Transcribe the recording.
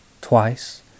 twice